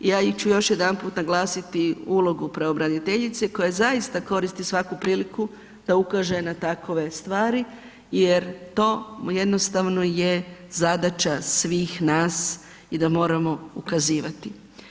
Ja ću još jedanput naglasiti ulogu pravobraniteljice koja zaista koristi svaku priliku da ukaže na takove stvari jer to jednostavno je zadaća svih nas i da moramo ukazivati.